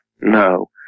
No